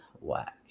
whack